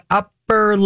upper